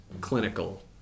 clinical